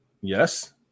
Yes